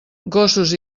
gossos